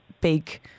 big